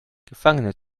gefangene